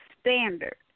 standard